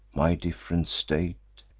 my diff'rent state,